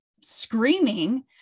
screaming